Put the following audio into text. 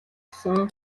өгсөн